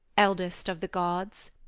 eldest of the gods,